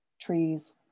trees